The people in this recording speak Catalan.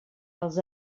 els